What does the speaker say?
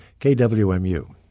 KWMU